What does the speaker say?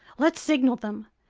let's signal them!